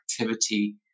activity